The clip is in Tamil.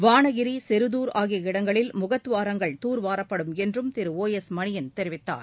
வாளகிரி செருதுர் ஆகிய இடங்களில் முகத்துவாரங்கள் தூர்வாரப்படும் என்றும் திரு ஒ எஸ் மணியன் தெரிவித்தார்